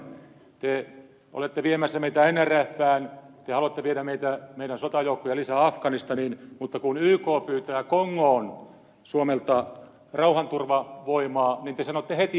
te olette viemässä meitä nrfään te haluatte viedä meidän sotajoukkojamme lisää afganistaniin mutta kun yk pyytää kongoon suomelta rauhanturvavoimaa niin te sanotte heti ei